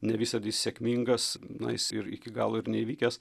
ne visad jis sėkmingas na jis ir iki galo ir neįvykęs